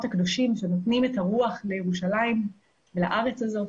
הקדושים שנותנים את הרוח לירושלים ולארץ הזאת,